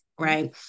Right